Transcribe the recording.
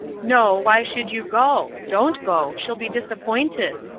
no why should you go? don't go. she'll be disappointed.